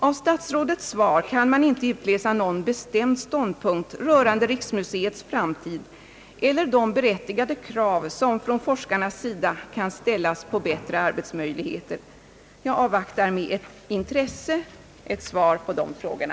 Av statsrådets svar kan man inte utläsa någon bestämd ståndpunkt beträffande riksmuseets framtid eller de berättigade krav som från forskarnas sida kan ställas på bättre arbetsmöjligheter. Jag avvaktar med intresse ett svar på de frågorna.